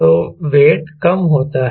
तो वेट कम होता है